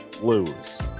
lose